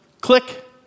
click